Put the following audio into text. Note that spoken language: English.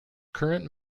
current